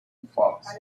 fox